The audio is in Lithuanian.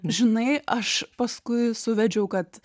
žinai aš paskui suvedžiau kad